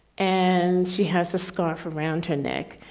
and she has a scarf around her neck.